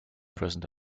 present